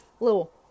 little